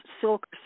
silk